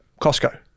Costco